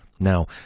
Now